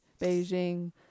Beijing